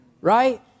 right